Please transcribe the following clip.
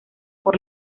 por